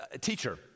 teacher